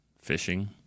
fishing